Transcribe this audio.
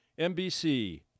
NBC